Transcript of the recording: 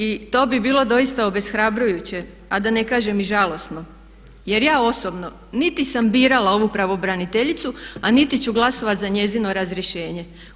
I to bi bilo doista obeshrabrujuće a da ne kažem i žalosno jer ja osobno niti sam birala ovu pravobraniteljicu a niti ću glasovati za njezino razrješenje.